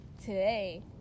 Today